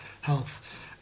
health